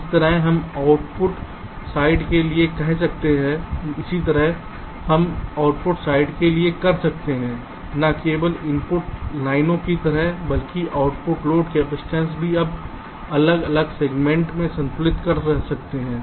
इसी तरह हम आउटपुट साइड के लिए कर सकते हैं न केवल इनपुट लाइनों की तरह बल्कि आउटपुट लोड कैपेसिटेंस भी आप अलग अलग सेगमेंट में संतुलित कर सकते हैं